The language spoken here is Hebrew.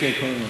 כן כן, כל הזמן.